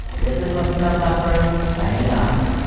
this is vasanth developer sining off.